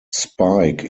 spike